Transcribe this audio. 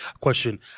question